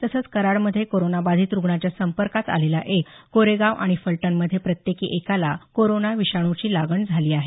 तसंच कराड मध्ये कोरोना बाधीत रुग्णाच्या संपर्कात आलेला एक कोरेगाव आणि फलटण मध्ये प्रत्येकी एकाला कोरोना विषाणूची लागण झाली आहे